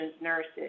nurses